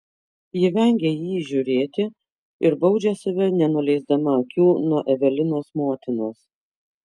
ji vengia į jį žiūrėti ir baudžia save nenuleisdama akių nuo evelinos motinos